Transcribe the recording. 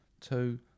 two